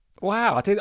Wow